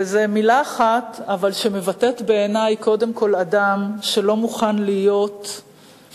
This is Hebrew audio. זו מלה אחת אבל היא מבטאת בעיני קודם כול אדם שלא מוכן להיות שותף,